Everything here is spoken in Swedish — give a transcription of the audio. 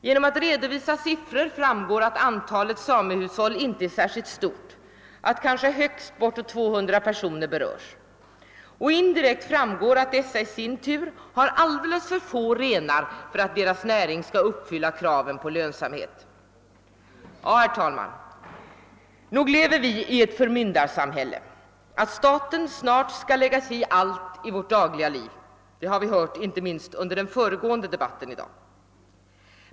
Det redovisar siffror av vilka framgår att antalet samehushåll inte är särskilt stort, att kanske högst 200 personer berörs. Och indirekt framgår att dessa i sin tur har alldeles för få renar för att deras näring skall uppfylla kraven på lönsamhet. Ja, herr talman, nog lever vi i ett förmyndarsamhälle. Att staten snart skall lägga sig i allt i vårt dagliga liv, det har vi hört inte minst i den föregående debatten i dag.